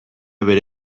bere